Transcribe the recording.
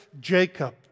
Jacob